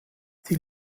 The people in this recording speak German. die